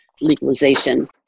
legalization